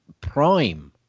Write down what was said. prime